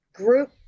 group